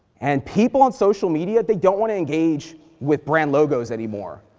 and people on social media they don't wanna engage with brand logos anymore.